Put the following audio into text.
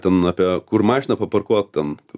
ten apie kur mašiną paparkuot ten